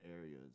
areas